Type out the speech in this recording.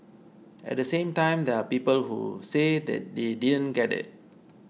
at the same time there are people who say that they didn't get it